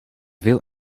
veel